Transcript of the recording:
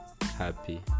Happy